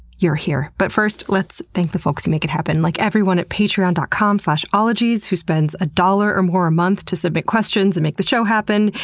you're here. but first, let's thank the folks who make it happen, like everyone at patreon dot com slash ologies who spends one ah dollars or more a month to submit questions and make the show happen.